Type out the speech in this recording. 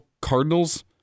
Cardinals